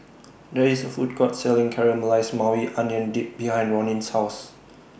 There IS A Food Court Selling Caramelized Maui Onion Dip behind Ronin's House